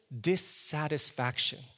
dissatisfaction